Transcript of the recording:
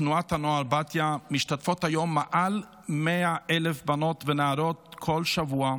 הנוער בתיה משתתפות היום מעל 100,000 בנות ונערות כל שבוע,